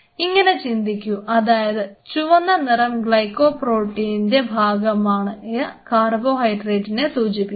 ഇങ്ങനെ ചിന്തിക്കൂ അതായത് ചുവന്ന നിറം ഗ്ലൈക്കോപ്രോട്ടീന്റെ ഭാഗമായ കാർബോഹൈഡ്രേറ്റിനെ സൂചിപ്പിക്കുന്നു